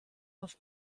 auf